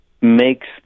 makes